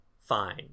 Fine